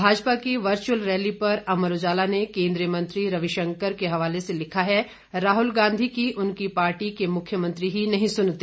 भाजपा की virtual rally पर अमर उजाला ने केंद्रीय मंत्री रविशंकर के हवाले से लिखा है राहुल गांधी की उनकी पार्टी के मुख्यमंत्री ही नहीं सुनते